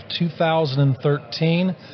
2013